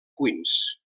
queens